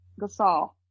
Gasol